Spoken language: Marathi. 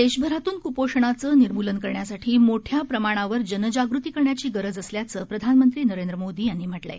देशभरातून कुपोषणाचं निर्मूलन करण्यासाठी मोठ्या प्रमाणावर जनजागृती करण्याची गरज असल्याचं प्रधानमंत्री नरेंद्र मोदी यांनी म्हटलं आहे